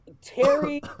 Terry